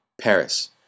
Paris